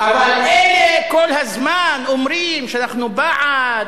אבל אלה כל הזמן אומרים שאנחנו בעד,